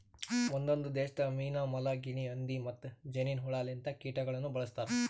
ಒಂದೊಂದು ದೇಶದಾಗ್ ಮೀನಾ, ಮೊಲ, ಗಿನೆ ಹಂದಿ ಮತ್ತ್ ಜೇನಿನ್ ಹುಳ ಲಿಂತ ಕೀಟಗೊಳನು ಬಳ್ಸತಾರ್